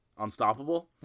unstoppable